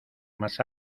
más